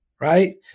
right